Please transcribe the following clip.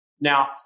Now